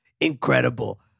Incredible